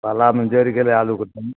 पाला मे जरि गेलै आलूके